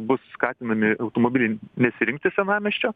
bus skatinami automobiliai nesirinkti senamiesčio